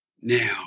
now